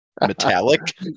metallic